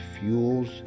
fuels